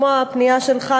כמו הפנייה שלך,